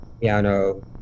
piano